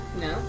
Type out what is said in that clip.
No